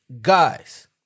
guys